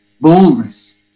boldness